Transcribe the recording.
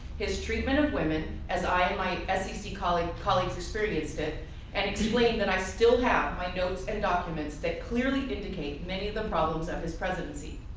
his treatment of women as i and my scc colleague colleague experienced and explained that i still have my notes and documents that clearly indicate many of the problems of his presidency.